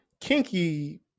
kinky